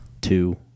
two